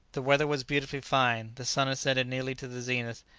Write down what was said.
the weather was beautifully fine the sun ascended nearly to the zenith,